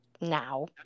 now